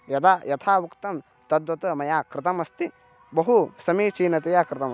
यदा यथा उक्तं तद्वत् मया कृतमस्ति बहु समीचीनतया कृतम्